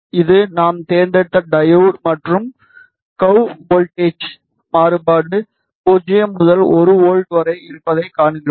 இது நாம் தேர்ந்தெடுத்த டையோடு மற்றும் கர்வ் வோல்ட்டேஜ் மாறுபாடு 0 முதல் 1 வோல்ட் வரை இருப்பதைக் காண்கிறோம்